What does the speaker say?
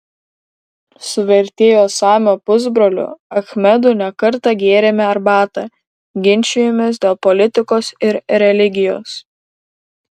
su vertėjo samio pusbroliu achmedu ne kartą gėrėme arbatą ginčijomės dėl politikos ir religijos